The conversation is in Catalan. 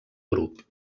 grup